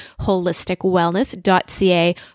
holisticwellness.ca